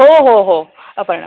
हो हो हो अपर्णा